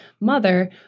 mother